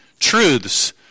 truths